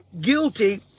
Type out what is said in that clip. guilty